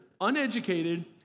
uneducated